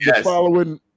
following